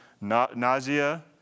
nausea